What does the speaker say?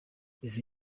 izi